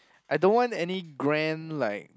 I don't want any grand like